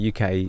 UK